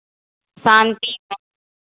शान्ति है